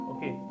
Okay